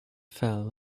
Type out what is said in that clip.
fell